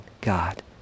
god